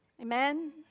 Amen